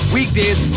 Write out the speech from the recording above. Weekdays